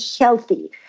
healthy